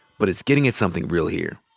but it's getting at something real here.